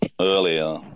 earlier